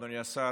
אדוני השר,